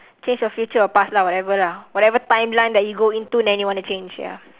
change your future or past lah whatever lah whatever timeline that you go into then you wanna change ya